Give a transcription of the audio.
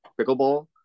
pickleball